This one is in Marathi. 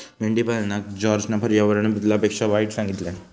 मेंढीपालनका जॉर्जना पर्यावरण बदलापेक्षा वाईट सांगितल्यान